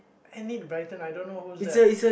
Enid-Blyton I don't know who's that